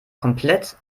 komplett